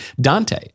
Dante